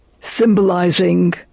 symbolizing